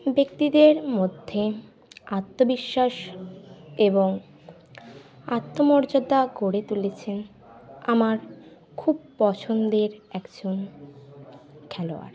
ব্যক্তিদের মধ্যে আত্মবিশ্বাস এবং আত্মমর্যাদা গড়ে তুলেছেন আমার খুব পছন্দের একজন খেলোয়াড়